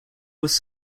was